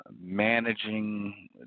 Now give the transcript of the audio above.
managing